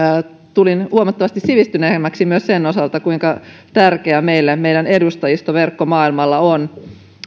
tulin huomattavasti sivistyneemmäksi myös sen osalta kuinka tärkeää meille meidän edustajistoverkko maailmalla on